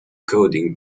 coding